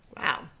Wow